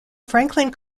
franklin